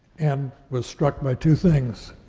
and was struck by two things.